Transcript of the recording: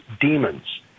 demons